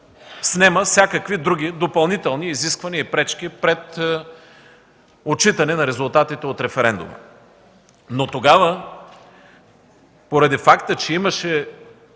снема всякакви други допълнителни изисквания и пречки пред отчитане на резултатите от референдума. Тогава, поради факта че имаше